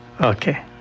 Okay